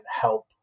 help